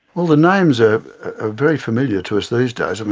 well, the names are ah very familiar to us these days. and